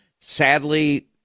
Sadly